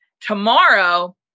tomorrow